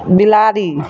बिलाड़ि